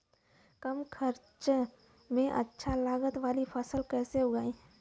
कम खर्चा में अच्छा लागत वाली फसल कैसे उगाई?